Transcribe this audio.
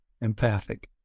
empathic